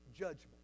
judgment